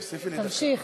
תמשיך.